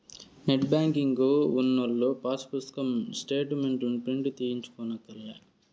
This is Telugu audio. నెట్ బ్యేంకింగు ఉన్నోల్లు పాసు పుస్తకం స్టేటు మెంట్లుని ప్రింటు తీయించుకోనక్కర్లే